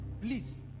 please